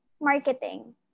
marketing